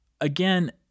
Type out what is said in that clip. again